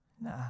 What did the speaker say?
Nah